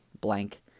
blank